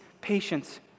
patience